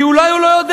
כי אולי הוא לא יודע,